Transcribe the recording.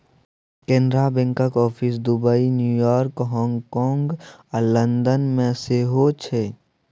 कैनरा बैंकक office Dubai, New York, हाँगकाँग आ लंदन मे सेहो छै